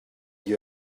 you